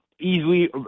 easily